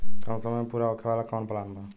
कम समय में पूरा होखे वाला कवन प्लान बा?